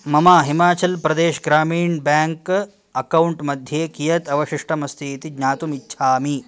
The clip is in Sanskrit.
मम हिमाचल् प्रदेश् ग्रामीण् बेङ्क् अक्कौण्ट् मध्ये कियत् अवशिष्टम् अस्ति इति ज्ञातुम् इच्छामि